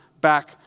back